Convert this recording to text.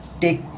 take